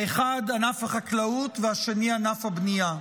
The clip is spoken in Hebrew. האחד ענף החקלאות והשני ענף הבנייה.